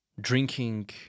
drinking